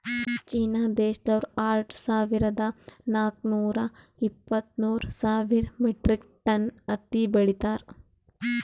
China ದೇಶ್ದವ್ರು ಆರ್ ಸಾವಿರದಾ ನಾಕ್ ನೂರಾ ಇಪ್ಪತ್ತ್ಮೂರ್ ಸಾವಿರ್ ಮೆಟ್ರಿಕ್ ಟನ್ ಹತ್ತಿ ಬೆಳೀತಾರ್